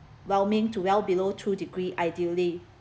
warming to well below two degree ideally